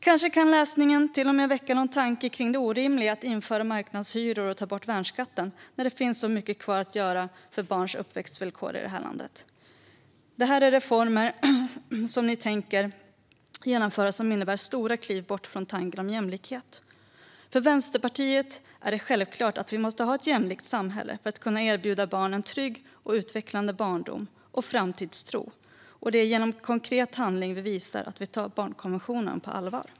Kanske kan läsningen till och med väcka någon tanke kring det orimliga i att införa marknadshyror och ta bort värnskatten när det finns så mycket kvar att göra för barns uppväxtvillkor i det här landet. Det är reformer som ni tänker genomföra som innebär stora kliv bort från tanken om jämlikhet. För Vänsterpartiet är det självklart att vi måste ha ett jämlikt samhälle för att kunna erbjuda barn en trygg och utvecklande barndom och framtidstro. Det är genom konkret handling vi visar att vi tar barnkonventionen på allvar.